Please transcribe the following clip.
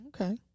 Okay